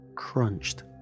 crunched